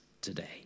today